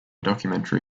documentary